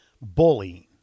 bullying